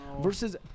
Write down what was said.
Versus